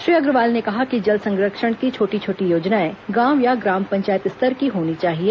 श्री अग्रवाल ने कहा कि जल संरक्षण की छोटी छोटी योजनाएं गांव या ग्राम पंचायत स्तर की होनी चाहिए